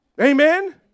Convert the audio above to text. Amen